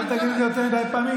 אל תגיד את זה יותר מדי פעמים,